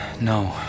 No